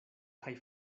kaj